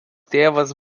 tėvas